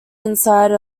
inside